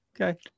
Okay